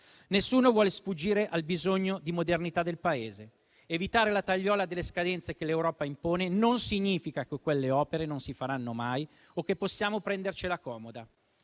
Nessuno vuole sfuggire al bisogno di modernità del Paese; evitare la tagliola delle scadenze che l'Europa impone non significa che quelle opere non si faranno mai o che possiamo prendercela comoda